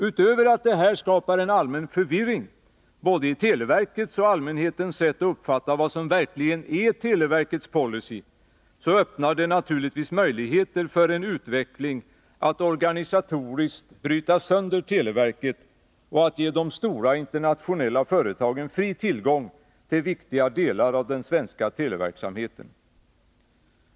Utöver att detta skapar en allmän förvirring både i televerkets och i 145 allmänhetens sätt att uppfatta vad som verkligen är televerkets policy, så öppnar det naturligtvis möjligheter för en utveckling mot att organisatoriskt bryta sönder televerket och att ge de stora internationella företagen fri tillgång till viktiga delar av den svenska televerksamheten.